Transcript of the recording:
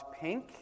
pink